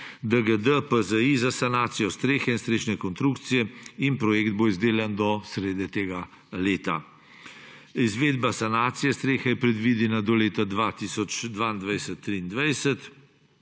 DGD PZI za sanacijo strehe in strešne konstrukcije in projekt bo izdelan do sredine tega leta. Izvedba sanacije strehe je predvidena do leta 2022 in 2023.